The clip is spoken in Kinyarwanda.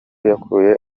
yakuye